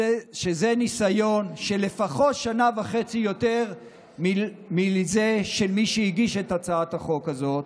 שזה ניסיון של לפחות שנה וחצי יותר מזה שהגיש את הצעת החוק הזאת,